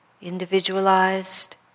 individualized